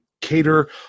Cater